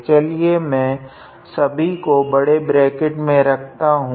चलिए मैं सभी को बड़े ब्रेकेट में रखता हूँ